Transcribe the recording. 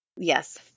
Yes